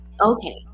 okay